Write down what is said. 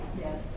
Yes